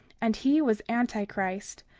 and he was anti-christ,